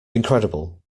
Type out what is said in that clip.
incredible